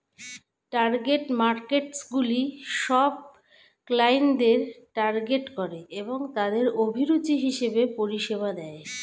target মার্কেটসগুলি সব ক্লায়েন্টদের টার্গেট করে এবং তাদের অভিরুচি হিসেবে পরিষেবা দেয়